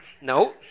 no